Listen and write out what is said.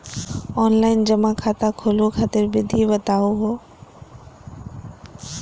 Online जमा खाता खोलहु खातिर विधि बताहु हो?